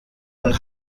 und